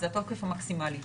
זה התוקף המקסימלי.